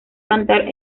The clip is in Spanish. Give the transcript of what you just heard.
cantar